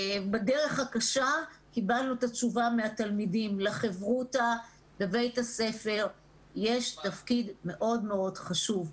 יש צורך בחברותה, לבית הספר יש תפקיד מאוד חשוב,